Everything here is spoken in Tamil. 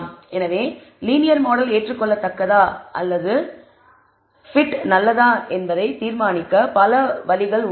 எனவே லீனியர் மாடல் ஏற்றுக்கொள்ளத்தக்கதா இல்லையா அல்லது fit நல்லதா என்பதை நாம் தீர்மானிக்கக்கூடிய பல்வேறு வழிகள் இவை